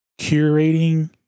curating